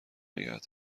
نگه